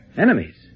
Enemies